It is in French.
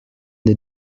des